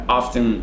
often